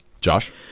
Josh